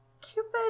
Cupid